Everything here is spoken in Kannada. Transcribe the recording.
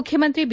ಮುಖ್ಯಮಂತ್ರಿ ಬಿ